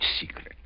secret